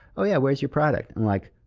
oh, yeah, where's your product? i'm like,